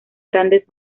grandes